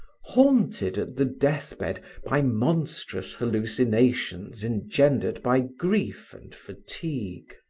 haunted at the death bed by monstrous hallucinations engendered by grief and fatigue.